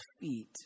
feet